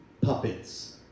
puppets